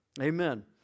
Amen